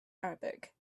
arabic